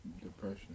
Depression